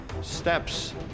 Steps